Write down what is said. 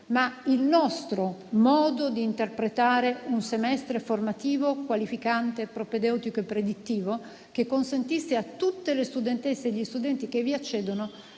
il nostro modo di interpretare un semestre formativo qualificante, propedeutico e predittivo, per consentire a tutte le studentesse e gli studenti che vi accedono